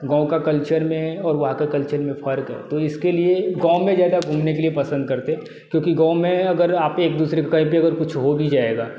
गाँव के कल्चर में और वहाँ के कल्चर में फ़र्क़ है तो इसके लिए गाँव में ज़्यादा घूमने के लिए पसंद करते हैं क्योंकि गाँव में अगर आप एक दूसरे को अगर कुछ हो भी जाएगा